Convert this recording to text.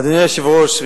אדוני היושב-ראש,